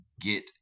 get